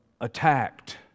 attacked